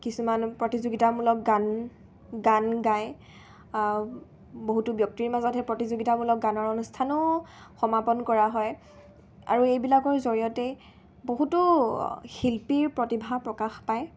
কিছুমান প্ৰতিযোগিতামূলক গান গান গায় বহুতো ব্যক্তিৰ মাজতহে প্ৰতিযোগিতামূলক গানৰ অনুষ্ঠানো সমাপন কৰা হয় আৰু এইবিলাকৰ জৰিয়তেই বহুতো শিল্পীৰ প্ৰতিভা প্ৰকাশ পায়